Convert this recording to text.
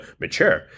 mature